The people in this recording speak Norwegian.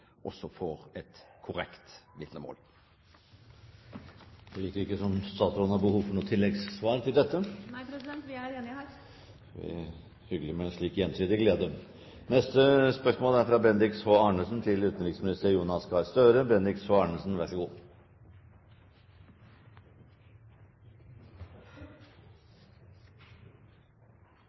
et korrekt vitnemål. Det virker ikke som statsråden har behov for noe tilleggssvar til dette? Nei, vi er enige her. Det er hyggelig med slik gjensidig glede. Jeg har et spørsmål